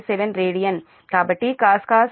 357 radian కాబట్టిcos 0